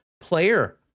player